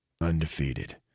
undefeated